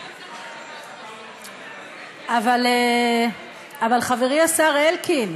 אבל, חברי השר אלקין,